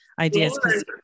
ideas